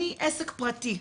אני עסק פרטי,